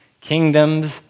Kingdoms